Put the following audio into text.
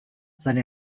seine